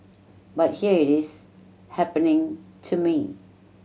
but here it is happening to me